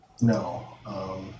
No